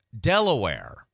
Delaware